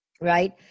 right